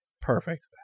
perfect